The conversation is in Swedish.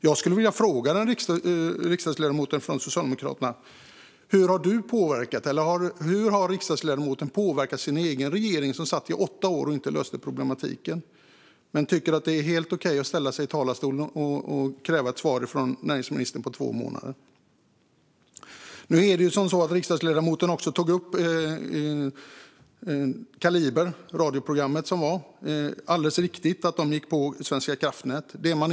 Jag skulle vilja fråga riksdagsledamoten från Socialdemokraterna: Hur har riksdagsledamoten påverkat sin egen regering, som satt i åtta år och inte löste problematiken, när han tycker att det är helt okej att ställa sig i talarstolen och kräva ett svar från näringsministern efter två månader? Riksdagsledamoten tog också upp radioprogrammet Kaliber , och jag menar att det var alldeles riktigt att de gick på Svenska kraftnät.